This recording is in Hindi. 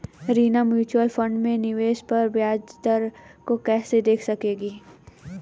रीना म्यूचुअल फंड में निवेश पर ब्याज दर को कैसे देख सकेगी?